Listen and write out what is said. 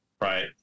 right